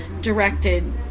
directed